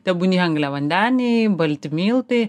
tebūnie angliavandeniai balti miltai